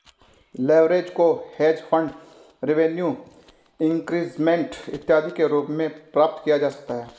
leverage को hedge fund revenue increasement इत्यादि के रूप में प्राप्त किया जा सकता है